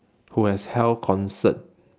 who has held concert